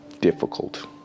difficult